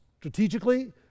strategically